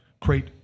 create